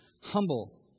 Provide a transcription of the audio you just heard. Humble